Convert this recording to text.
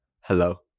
Hello